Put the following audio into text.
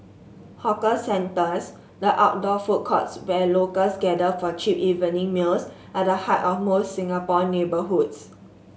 hawker centres the outdoor food courts where locals gather for cheap evening meals are the heart of most Singapore neighbourhoods